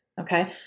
Okay